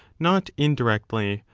not indirectly,